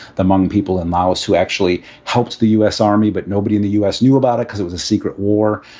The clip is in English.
the hmong people in those who actually helped the us army, but nobody in the us knew about it because it was a secret war.